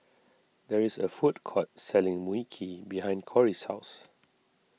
there is a food court selling Mui Kee behind Cori's house